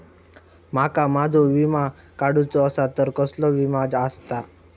माका माझो विमा काडुचो असा तर कसलो विमा आस्ता?